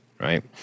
Right